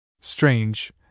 Strange